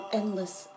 endless